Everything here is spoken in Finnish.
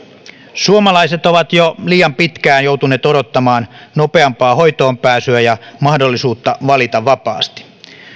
suomalaiset ovat jo liian pitkään joutuneet odottamaan nopeampaa hoitoonpääsyä ja mahdollisuutta valita vapaasti